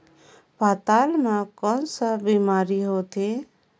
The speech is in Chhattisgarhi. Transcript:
पातल म कौन का बीमारी होथे?